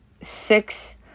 six